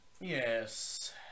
yes